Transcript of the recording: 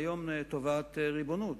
היום תובעת ריבונות.